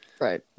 Right